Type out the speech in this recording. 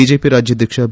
BJP ರಾಜ್ಯಾಧ್ಯಕ್ಷ B